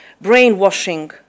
brainwashing